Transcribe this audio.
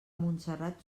montserrat